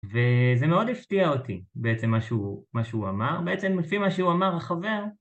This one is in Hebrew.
וזה מאוד הפתיע אותי בעצם מה שהוא אמר, בעצם לפי מה שהוא אמר החבר.